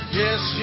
yes